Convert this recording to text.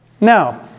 Now